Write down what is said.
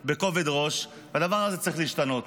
והדבר הזה צריך להשתנות.